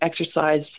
exercise